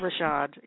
Rashad